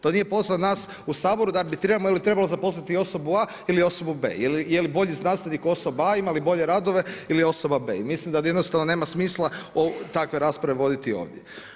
To nije posao nas u Saboru da bi trebali ili trebalo zaposliti osobu a ili osobu b, jeli bolji znanstvenik osoba a, ima li bolje radove ili osoba b i mislim da jednostavno nema smisla takve rasprave voditi ovdje.